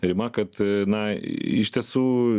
rima kad a na iš tiesų